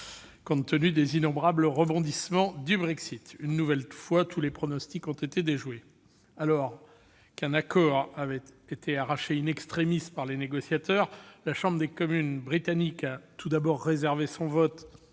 compte tenu des innombrables rebondissements du Brexit. Une nouvelle fois, tous les pronostics ont été déjoués. Alors qu'un accord avait été arraché par les négociateurs, la Chambre des communes britannique a tout d'abord réservé son vote